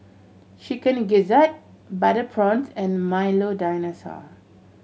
Chicken Gizzard butter prawns and Milo Dinosaur